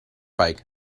bike